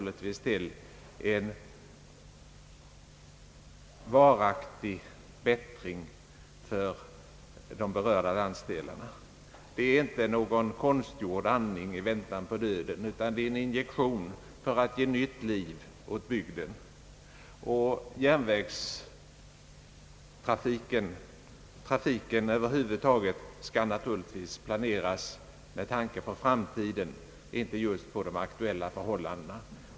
ligtvis till en varaktig förbättring för de berörda landsdelarna. Det är inte fråga om någon konstgjord andning i väntan på döden, utan här ges en injektion för att skänka nytt liv åt bygden. Järnvägstrafiken och trafiken över huvud taget skall naturligtvis planeras med tanke på framtiden och inte just på de aktuella förhållandena.